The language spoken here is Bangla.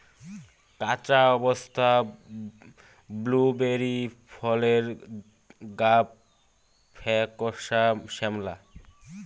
কাঁচা অবস্থাত ব্লুবেরি ফলের গাব ফ্যাকসা শ্যামলা